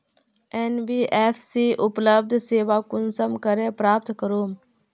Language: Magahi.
एन.बी.एफ.सी उपलब्ध सेवा कुंसम करे प्राप्त करूम?